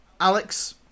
alex